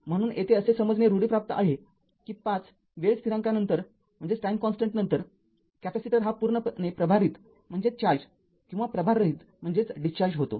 म्हणून येथे असे समजणे रूढीप्राप्त आहे कि ५ वेळ स्थिरांकानंतर कॅपेसिटर हा पूर्णपणे प्रभारित किंवा प्रभाररहित होतो